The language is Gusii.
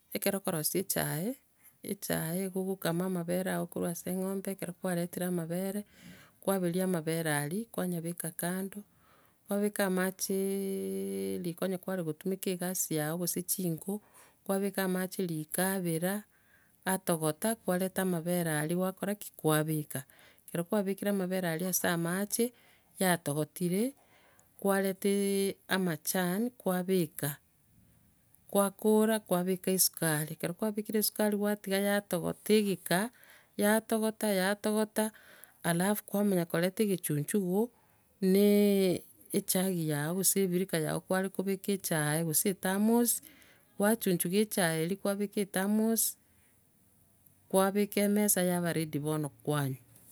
Ekero okorosia echae, echae nigo ogokama amabere ago korwa ase eng'ombe, ekero kwaretire amabere, kwaberia amabere aria, kwanyabeka kando, kwabeka amachee riko, onya kware gotumeka egasi yago gose chinko, kwabeka amache riko abera, atogota, kwareta ambere aria, kwakora ki? Kwabeka. Ekero kwabekire amabere aria ase amache, yatogotire, kwareta amachani, kwabeka kwakora, kwabeka esukari, ekero kwabekire esukari kwatiga yatogota egeka, yatogota, yatogota, alafu kwamanya koreta egechunchugo, na echagi yago gose ebirika yago kwarekobeka echae gose ethermos, kwachuchunga echae eria kwabeka ethermos, kwabeka emesa yaba ready bono kwanywa.